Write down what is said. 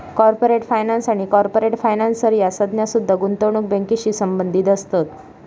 corporate finance आणि corporate financer ह्या संज्ञा सुद्धा गुंतवणूक बँकिंगशी संबंधित असत